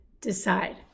decide